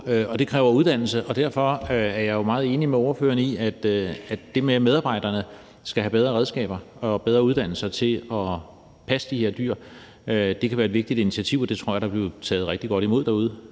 det kræver uddannelse. Derfor er jeg meget enig med ordføreren i, at det med, at medarbejderne skal have bedre redskaber og bedre uddannelse til at passe de her dyr, kan være et vigtigt initiativ, og det tror jeg der vil blive taget rigtig godt imod derude,